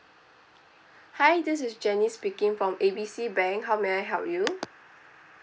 hi this is jenny speaking from A B C bank how may I help you